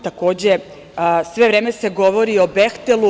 Takođe, sve vreme se govori o „Behtelu“